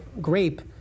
grape